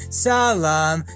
salam